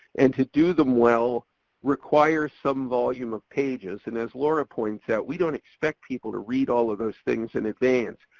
and to do them well requires some volume of pages. and as laura points out we don't expect people to read all of those things in advance.